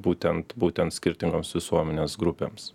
būtent būtent skirtingoms visuomenės grupėms